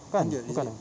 mm bukan ah